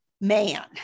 man